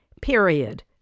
Period